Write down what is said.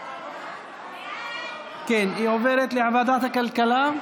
היא עוברת לוועדת הכלכלה?